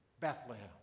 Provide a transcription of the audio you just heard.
Bethlehem